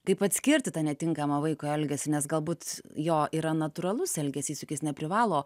kaip atskirti tą netinkamą vaiko elgesį nes galbūt jo yra natūralus elgesys juk jis neprivalo